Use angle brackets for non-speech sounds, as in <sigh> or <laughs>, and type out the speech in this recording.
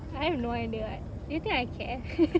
I have no idea [what] do you think I care <laughs>